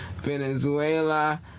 Venezuela